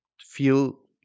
feel